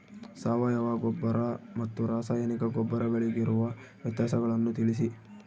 ಸಾವಯವ ಗೊಬ್ಬರ ಮತ್ತು ರಾಸಾಯನಿಕ ಗೊಬ್ಬರಗಳಿಗಿರುವ ವ್ಯತ್ಯಾಸಗಳನ್ನು ತಿಳಿಸಿ?